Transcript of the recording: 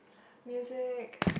music